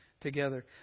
together